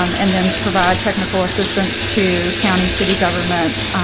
um and then provide technical assistance to county city governments,